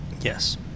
Yes